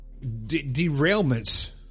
derailments